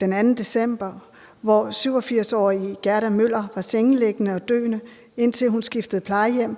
den 2. december, hvor 87-årige Gerda Møller var sengeliggende og døende, indtil hun skiftede plejehjem,